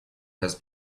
had